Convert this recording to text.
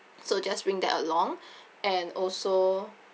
so just bring that along and also